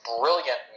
brilliant